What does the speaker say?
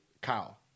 Kyle